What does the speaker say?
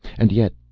and yet,